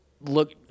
look